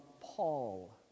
Paul